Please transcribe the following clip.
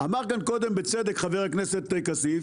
אמר כאן קודם בצדק חבר הכנסת כסיף